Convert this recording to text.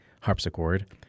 harpsichord